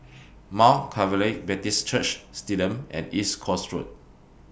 Mount Calvary Baptist Church Stadium and East Coast Road